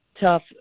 tough